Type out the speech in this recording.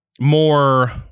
more